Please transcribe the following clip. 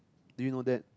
do you know that